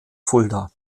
fulda